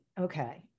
okay